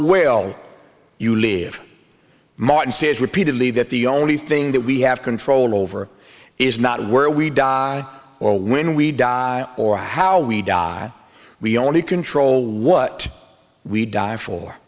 will you live martin says repeatedly that the only thing that we have control over is not where we die or when we die or how we die we only control what we die for